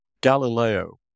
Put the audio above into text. Galileo